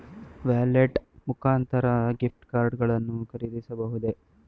Wallet ಮುಖಾಂತರ gift card ಗಳನ್ನು ಖರೀದಿಸಬಹುದೇ?